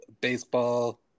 baseball